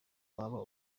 waba